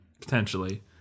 Potentially